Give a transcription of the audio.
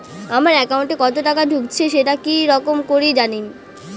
আমার একাউন্টে কতো টাকা ঢুকেছে সেটা কি রকম করি জানিম?